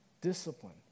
discipline